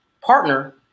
partner